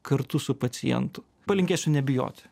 kartu su pacientu palinkėsiu nebijoti